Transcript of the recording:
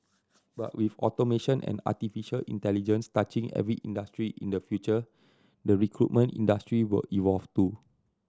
but with automation and artificial intelligence touching every industry in the future the recruitment industry will evolve too